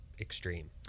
extreme